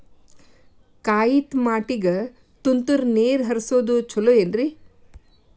ಕಾಯಿತಮಾಟಿಗ ತುಂತುರ್ ನೇರ್ ಹರಿಸೋದು ಛಲೋ ಏನ್ರಿ?